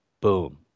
Boom